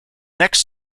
next